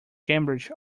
cambridge